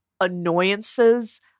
annoyances